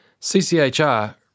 CCHR